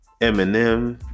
Eminem